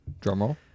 Drumroll